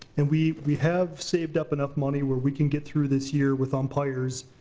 and we we have saved up enough money where we can get through this year with umpires.